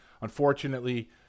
unfortunately